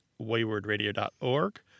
waywardradio.org